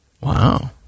Wow